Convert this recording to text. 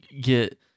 get